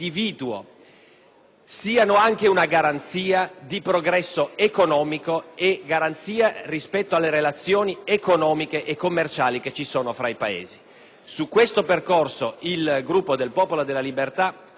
sia anche una garanzia di progresso economico, una garanzia rispetto alle relazioni economiche e commerciali fra i Paesi. Il Gruppo del Popolo della Libertà continuerà